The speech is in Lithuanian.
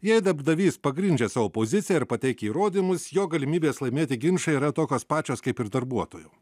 jei darbdavys pagrindžia savo poziciją ir pateikia įrodymus jo galimybės laimėti ginčą yra tokios pačios kaip ir darbuotojų